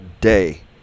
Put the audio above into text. day